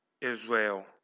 Israel